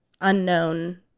unknown